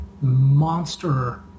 monster